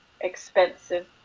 expensive